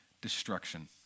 destruction